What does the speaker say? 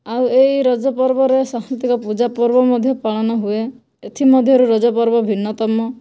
ଆଉ ଏହି ରଜପର୍ବରେ ସବୁତକ ପୂଜାପର୍ବ ମଧ୍ୟ ପାଳନ ହୁଏ ଏଥିମଧ୍ୟରୁ ରଜପର୍ବ ଭିନ୍ନତମ